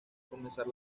comenzar